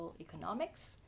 economics